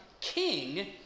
king